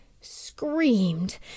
screamed